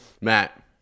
matt